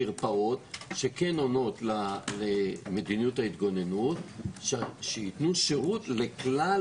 מרפאות שכן עונות למדיניות ההתגוננות והן ייתנו שירות לכלל